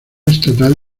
estatal